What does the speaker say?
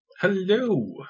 Hello